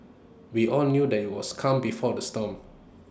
we all knew that IT was calm before the storm